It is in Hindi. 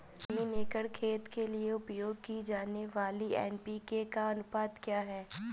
तीन एकड़ खेत के लिए उपयोग की जाने वाली एन.पी.के का अनुपात क्या है?